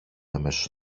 αμέσως